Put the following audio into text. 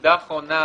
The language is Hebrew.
נקודה אחרונה,